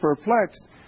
perplexed